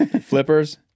flippers